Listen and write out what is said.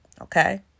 Okay